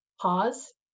pause